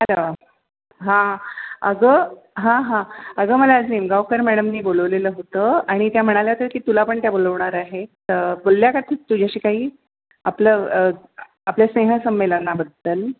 hello हां अगं हां हां अगं मला आज निमगांवकर मॅडमनी बोलवलेलं होतं आणि त्या म्हणाल्या होत्या की तुला पण त्या बोलावणार आहे तर बोलल्या का तुझ्याशी काही आपलं आपल्या स्नेहसंमेलनाबद्दल